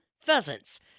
Pheasants